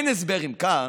אין הסבר, אם כך,